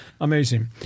Amazing